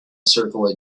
circle